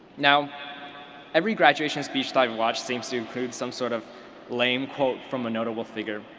now every graduation speech that i've watched seems to include some sort of lame quote from a notable figure,